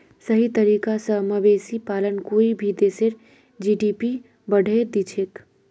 सही तरीका स मवेशी पालन कोई भी देशेर जी.डी.पी बढ़ैं दिछेक